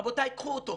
רבותיי, קחו אותו.